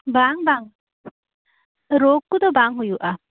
ᱵᱟᱝ ᱵᱟᱝ ᱨᱚᱜ ᱠᱚᱫᱚ ᱵᱟᱝ ᱦᱩᱭᱩᱜ ᱟ